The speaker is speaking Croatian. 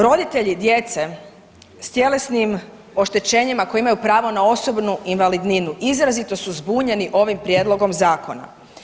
Roditelji djece s tjelesnim oštećenjima koji imaju pravo na osobnu invalidninu izrazito su zbunjeni ovim prijedlogom zakona.